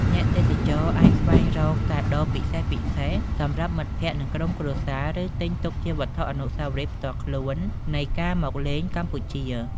អ្នកទេសចរអាចស្វែងរកកាដូពិសេសៗសម្រាប់មិត្តភក្តិ និងក្រុមគ្រួសារ ឬទិញទុកជាអនុស្សាវរីយ៍ផ្ទាល់ខ្លួននៃការមកលេងកម្ពុជា។